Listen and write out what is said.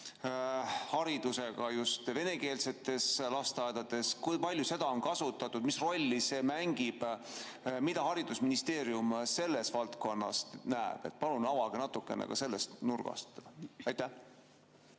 haridusega just venekeelsetes lasteaedades? Kui palju seda on kasutatud ja mis rolli see mängib? Mida haridusministeerium selles valdkonnas ette näeb? Palun avage [teemat] natuke ka sellest nurgast!